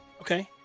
Okay